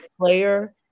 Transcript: player